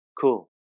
Cool